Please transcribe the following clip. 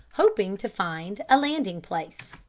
hoping to find a landing place.